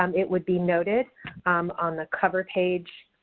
um it would be noted on the cover page